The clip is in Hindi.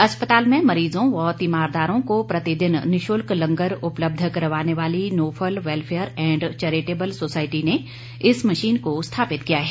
अस्पताल में मरीजों व तीमारदारों को प्रतिदिन निशुल्क लंगर उपलब्ध करवाने वाली Nofal Welfare and Charitable Society ने इस मशीन को स्थापित किया है